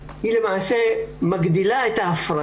אני מתכוון לעובדה שבשנים האחרונות אנחנו עדים